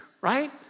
Right